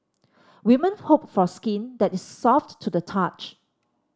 women hope for skin that is soft to the touch